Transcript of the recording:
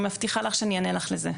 אני מבטיחה לך שאני אענה לך לזה,